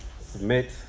submit